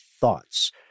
thoughts